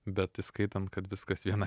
bet įskaitant kad viskas vieną